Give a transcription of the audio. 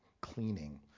cleaning